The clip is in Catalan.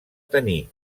taní